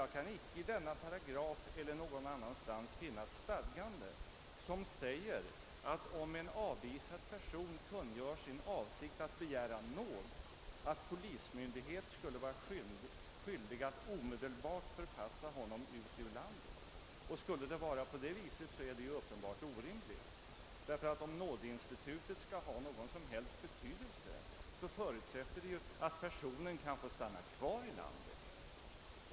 Jag kan icke i denna paragraf eller annanstans finna något stadgande som föreskriver att polismyndighet, om en avvisad person kungör sin avsikt att begära nåd, skulle vara skyldig att omedelbart förpassa honom ur landet. Skulle det förhålla sig så, är det uppenbart orimligt. Om nådeinstitutet skall ha någon som helst betydelse, förutsätter det att personen i fråga kan få stanna kvar i landet.